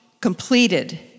Completed